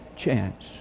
chance